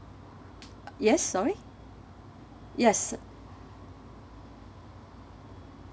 yes sorry yes